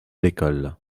l’école